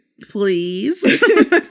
Please